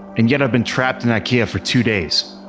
and yet, i've been trapped in ikea for two days.